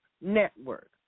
Network